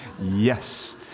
Yes